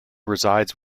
resides